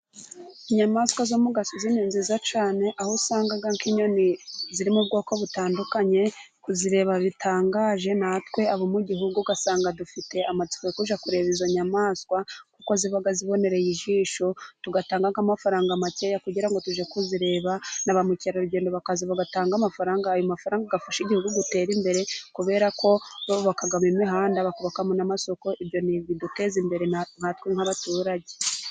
Inyamaswa zo mu gasozi ni nziza cyane, aho usanga nk'inyoni ziri mu bwoko butandukanye kuzireba bitangaje, natwe abo mu gihugu ugasanga dufite amatsiko yo kujya kureba izo nyamaswa, kuko ziba zibonereye ijisho, tugatanga amafaranga makeya kugira ngo tujye kuzireba, na ba mukerarugendo bakaza bagatanga amafaranga, ayo mafaranga agafasha igihugu gutera imbere, kubera ko bubakamo imihanda, bakubakamo n'amasoko, ibyo ni ibiduteza imbere nkatwe nk'abaturage.